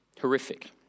Horrific